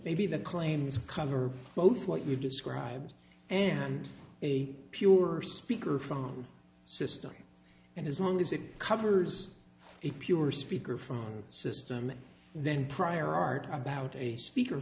maybe the claims cover both what you described and the pure speaker phone system and as long as it covers if you were a speaker phone system then prior art about a speaker